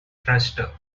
thruster